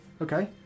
Okay